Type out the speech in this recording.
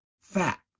fact